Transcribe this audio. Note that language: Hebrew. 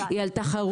היא על תחרות,